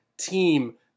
team